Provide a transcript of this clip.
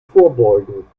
vorbeugen